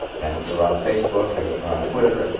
and we're on facebook, and we're on twitter. and